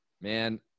Man